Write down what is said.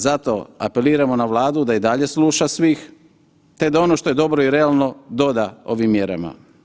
Zato apeliramo na Vladu da i dalje sluša svih te da ono što je dobro i realno doda ovim mjerama.